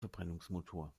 verbrennungsmotor